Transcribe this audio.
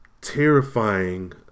terrifying